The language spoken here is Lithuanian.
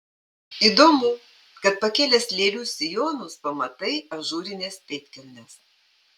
įdomu kad pakėlęs lėlių sijonus pamatai ažūrines pėdkelnes